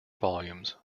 volumes